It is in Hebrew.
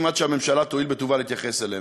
עד שהממשלה תואיל בטובה להתייחס אליה.